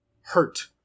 hurt